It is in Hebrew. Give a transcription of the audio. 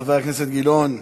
חבר הכנסת אילן גילאון,